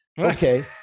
Okay